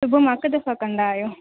सुबुह मां हिकु दफ़ो कंदा आहियो